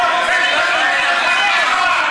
בבקשה, חבר הכנסת חזן.